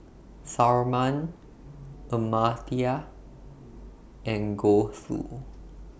Tharman Amartya and Gouthu